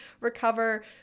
recover